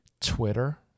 Twitter